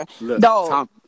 No